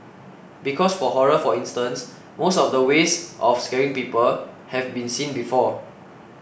because for horror for instance most of the ways of scaring people have been seen before